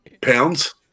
Pounds